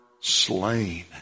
slain